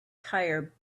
tire